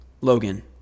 Logan